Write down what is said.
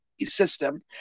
system